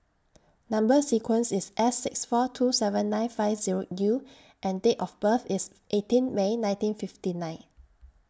Number sequence IS S six four two seven nine five Zero U and Date of birth IS eighteen May nineteen fifty nine